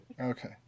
Okay